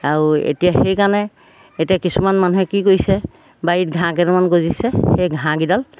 আৰু এতিয়া সেইকাৰণে এতিয়া কিছুমান মানুহে কি কৰিছে বাৰীত ঘাঁহকেইটামান গজিছে সেই ঘাঁহকেইডাল